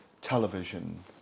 television